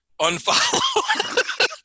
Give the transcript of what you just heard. unfollow